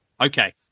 Okay